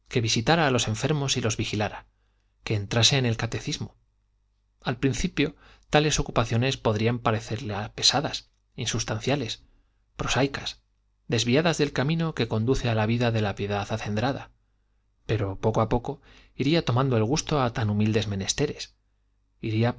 que visitara a los enfermos y los vigilara que entrase en el catecismo al principio tales ocupaciones podrían parecerla pesadas insustanciales prosaicas desviadas del camino que conduce a la vida de la piedad acendrada pero poco a poco iría tomando el gusto a tan humildes menesteres iría